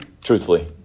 Truthfully